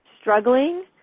struggling